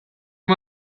him